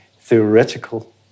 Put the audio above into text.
theoretical